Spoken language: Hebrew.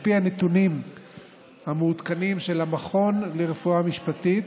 על פי הנתונים המעודכנים של המכון לרפואה משפטית,